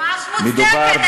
ממש מוצדקת.